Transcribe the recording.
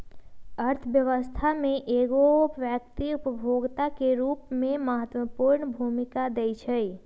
अर्थव्यवस्था में एगो व्यक्ति उपभोक्ता के रूप में महत्वपूर्ण भूमिका दैइ छइ